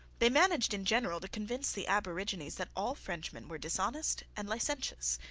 they managed in general to convince the aborigines that all frenchmen were dishonest and licentious.